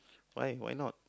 why why not